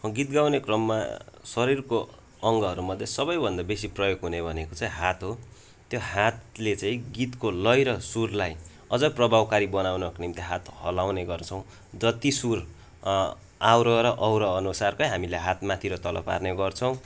गीत गाउने क्रममा शरीरको अङ्गहरूमध्ये सबैभन्दा बेसी प्रयोग हुने भनेको चाहिँ हात हो त्यो हातले चाहिँ गीतको लय र सुरलाई अझै प्रभावकारी बनाउनको निम्ति हात हल्लाउने गर्छौँ जत्ति सुर आरोह र अवरोह अनुसारकै हामीले हात माथि र तल पार्ने गर्छौँ